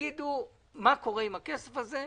תגידו מה קורה עם הכסף הזה.